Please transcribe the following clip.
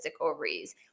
ovaries